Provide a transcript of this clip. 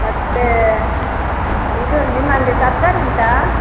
ಮತ್ತು ಇದು ನಿಮ್ಮಲ್ಲಿ ತರಕಾರಿ ಉಂಟಾ